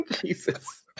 Jesus